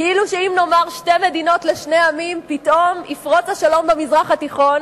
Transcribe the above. כאילו שאם נאמר שתי מדינות לשני עמים פתאום יפרוץ השלום במזרח התיכון,